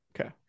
Okay